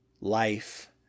life